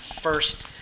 first